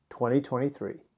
2023